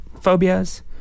phobias